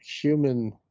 human